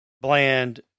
Bland